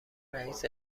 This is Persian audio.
رئیس